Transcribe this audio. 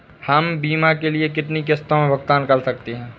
हम बीमा के लिए कितनी किश्तों में भुगतान कर सकते हैं?